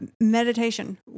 meditation